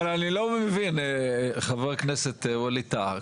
אני לא מבין חבר הכנסת ווליד טאהא.